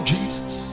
Jesus